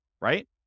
right